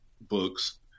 books